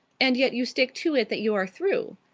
and yet you stick to it that you are through?